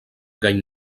gall